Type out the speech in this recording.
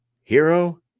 Hero